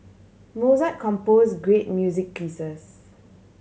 Mozart compose great music pieces